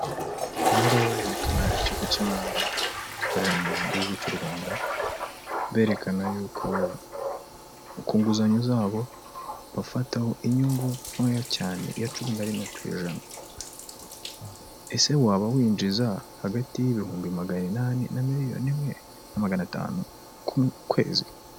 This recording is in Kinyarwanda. Aha ngaha barerekana ikigo cy'imari, gikorera mu gihugu cy'u Rwanda, berekana y'uko ku nguzanyo zabo, bafataho inyungu ntoya cyane ya cumi na rimwe ku ijana, ese waba winjiza hagati y'ibihumbi magana inani na miliyoni imwe na magana atanu ku kwezi.